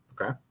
Okay